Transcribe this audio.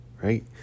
right